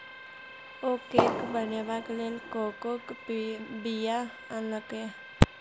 ओ cake बनेबाक लेल कोकोक बीया आनलकै